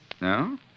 No